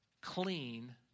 clean